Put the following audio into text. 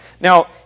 Now